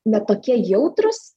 ne tokie jautrūs